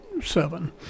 seven